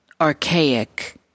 archaic